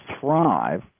thrive